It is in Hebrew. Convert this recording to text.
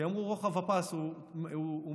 כי אמרו שרוחב הפס הוא מצומצם,